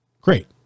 Great